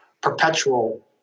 perpetual